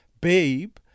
babe